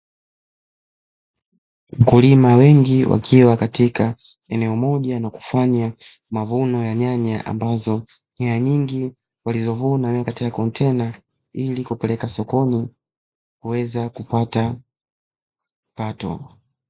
Wakulima wengi wakiwa katika eneo moja na kufanya mavuno ya nyanya ambazo nyanya nyingi walizovuna wameweka katika kontena ili kupeleka sokoni kuweza kupata kipato.